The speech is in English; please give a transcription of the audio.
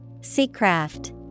Seacraft